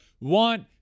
want